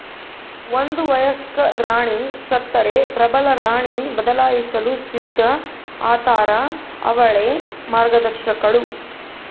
ಒಂದು ವಯಸ್ಕ ರಾಣಿ ಸತ್ತರೆ ಪ್ರಬಲರಾಣಿ ಬದಲಾಯಿಸಲು ಸಿದ್ಧ ಆತಾರ ಅವಳೇ ಮಾರ್ಗದರ್ಶಕಳು